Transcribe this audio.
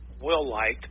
well-liked